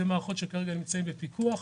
מדובר במערכות שכרגע נמצאות בפיקוח.